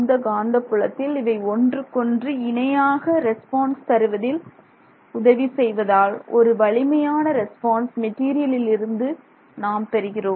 இந்த காந்தப் புலத்தில் இவை ஒன்றுக்கொன்று இணையாக ரெஸ்பான்ஸ் தருவதில் ஒன்றுக்கொன்று உதவி செய்வதால் ஒரு வலிமையான ரெஸ்பான்ஸ் மெட்டீரியலிலிருந்து நாம் பெறுகிறோம்